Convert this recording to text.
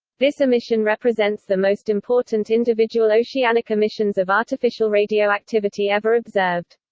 this emission represents the most important individual oceanic emissions of artificial radioactivity ever observed.